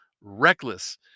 reckless